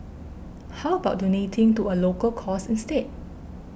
how about donating to a local cause instead